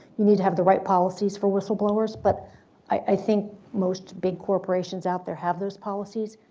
you need to have the right policies for whistleblowers, but i think most big corporations out there have those policies.